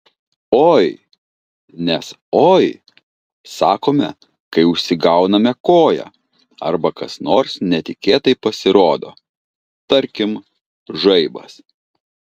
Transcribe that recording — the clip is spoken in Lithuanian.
oi nes oi sakome kai užsigauname koją arba kas nors netikėtai pasirodo tarkim žaibas